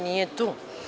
Nije tu.